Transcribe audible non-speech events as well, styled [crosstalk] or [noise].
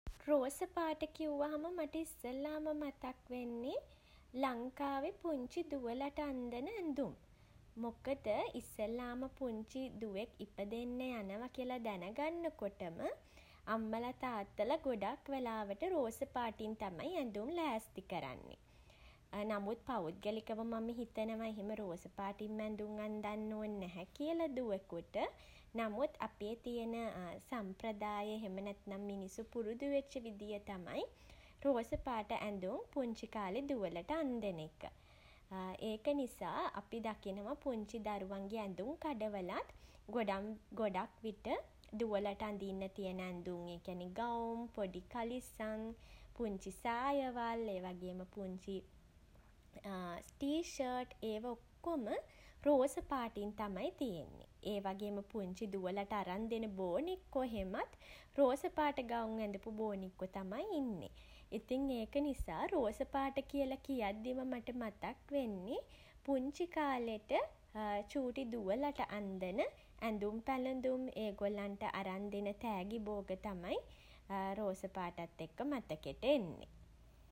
රෝසපාට කිව්වහම මට ඉස්සෙල්ලාම මතක් වෙන්නේ [hesitation] ලංකාවේ පුංචි දුවලට අන්දන ඇඳුම්. [hesitation] මොකද [hesitation] ඉස්සෙල්ලාම පුංචි [hesitation] දුවෙක් ඉපදෙන්න යනවා කියලා දැන ගන්න කොටම [hesitation] අම්මලා තාත්තලා ගොඩක් වෙලාවට රෝස පාටින් තමයි ඇඳුම් ලෑස්ති කරන්නෙ. [hesitation] නමුත් පෞද්ගලිකව මම හිතනවා එහෙම රෝස පාටින්ම ඇඳුම් අන්දන්න ඕන නැහැ කියලා දුවෙකුට. නමුත් අපේ තියෙන [hesitation] සම්ප්‍රදායේ එහෙම නැත්නම් මිනිස්සු පුරුදු වෙච්ච විදිය තමයි [hesitation] රෝස පාට ඇඳුම් පුංචි කාලේ දුවලට අන්දන එක. ඒක නිසා [hesitation] අපි දකිනවා පුංචි දරුවන්ගේ ඇඳුම් කඩවලත් [hesitation] ගොඩක් [hesitation] ගොඩක් විට දුවලට අඳින්න තියෙන ඇඳුම් ඒ කියන්නේ ගවුම් [hesitation] පොඩි කලිසම් [hesitation] පුංචි සායවල් [hesitation] ඒ වගේම පුංචි [hesitation] ටී ශර්ට් ඒවා ඔක්කොම [hesitation] රෝස පාටින් තමයි තියෙන්නේ. ඒ වගේම පුංචි දුවලට අරන්දෙන බෝනික්කො එහෙමත් [hesitation] රෝස පාට ගවුම් ඇඳපු බෝනික්ක තමයි ඉන්නෙ. ඉතින් ඒක නිසා [hesitation] රෝස පාට කියලා කියද්දිම මට මතක් වෙන්නේ [hesitation] පුංචි කාලෙට [hesitation] චූටි දුවලට අන්දන [hesitation] ඇඳුම් පැළඳුම් [hesitation] ඒගොල්ලන්ට අරන් දෙන තෑගිබෝග තමයි [hesitation] රෝස පාටත් එක්ක මතකෙට එන්නෙ.